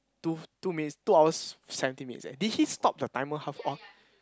two two minutes two hours seventeen minutes eh did he stop the timer half on